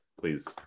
please